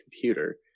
computer